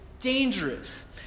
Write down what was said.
dangerous